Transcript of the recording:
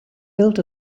built